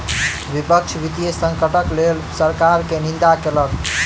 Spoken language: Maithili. विपक्ष वित्तीय संकटक लेल सरकार के निंदा केलक